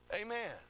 Amen